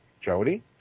Jody